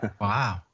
Wow